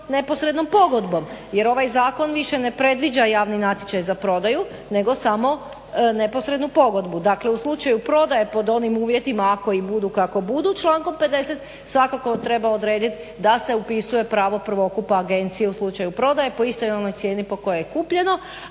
neposrednom pogodbom jer ovaj zakon više ne predviđa javni natječaj za prodaju nego samo neposrednu pogodbu. Dakle, u slučaju prodaje pod onim uvjetima ako i budu i kako budu, člankom 50. svakako treba odredit da se upisuje pravo prvokupa agencije u slučaju prodaje po istoj onoj cijeni po kojoj je kupljeno,